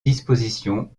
disposition